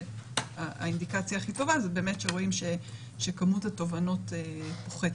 והאינדיקציה הכי טובה היא שרואים שכמות התובענות פוחתת.